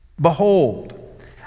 Behold